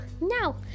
Now